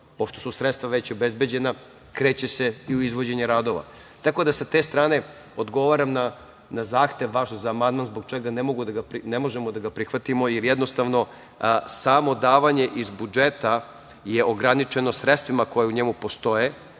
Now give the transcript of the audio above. pošto su sredstva već obezbeđena, kreće se i u izvođenje radova. Tako da, sa te strane, odgovaram na vaš zahtev za amandman, zbog čega ne možemo da ga prihvatimo, jer jednostavno, samo davanje iz budžete je ograničeno sredstvima koja u njemu postoje,